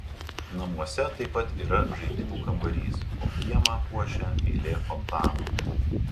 namuose taip pat yra žaidimų kambarys o kiemą puošia eilė fontanų